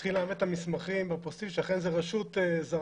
צריכים לאמת את המסמכים באפוסטיל שאכן זו רשות זרה.